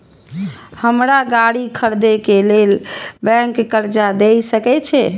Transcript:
हमरा गाड़ी खरदे के लेल बैंक कर्जा देय सके छे?